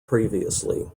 previously